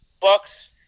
Bucks